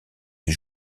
des